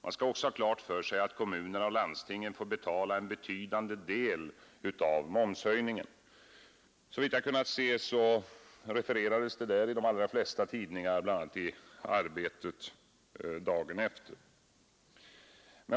Man skall också ha klart för sig, att kommunerna och landstingen får betala en betydande del av momshöjningen.” Såvitt jag vet refererades detta dagen efter i de allra flesta tidningar, bl.a. i Arbetet.